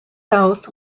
south